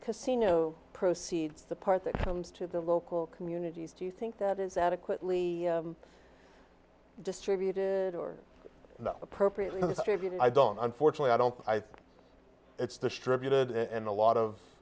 casino proceeds the part that comes to the local communities do you think that is adequately distributed or appropriately distributed i don't i'm fortunate i don't it's distributed and a lot of